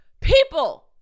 People